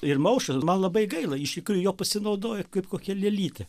ir maušo man labai gaila iš tikrųjų juo pasinaudojo kaip kokia lėlyte